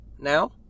now